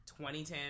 2010